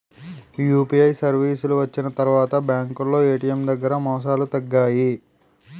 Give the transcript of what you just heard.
UPI సర్వీసులు వచ్చిన తర్వాత బ్యాంకులో ఏటీఎం దగ్గర మోసాలు తగ్గాయి